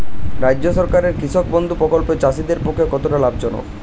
রাজ্য সরকারের কৃষক বন্ধু প্রকল্প চাষীদের পক্ষে কতটা লাভজনক?